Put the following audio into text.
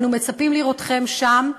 אנו מצפים לראות אתכם שם,